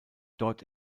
dort